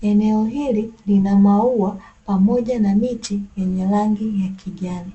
eneo hili linamaua pamoja na miti yenye rangi ya kijani.